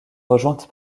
rejointe